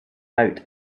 out